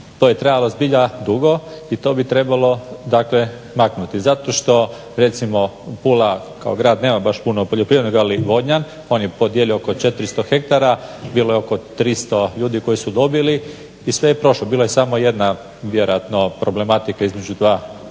to je trajalo zbilja dugo i to bi trebalo dakle maknuti. Zato što recimo Pula kao grad nema baš puno poljoprivrede kao ni Vodnjan pa ni po podjeli 400 ha bilo je oko 300 ljudi koji su dobili i sve je prošlo, bila je samo jedna vjerojatno problematika između dva